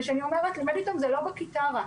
וכשאני אומרת לימד אותם, זה לא בכיתה רק,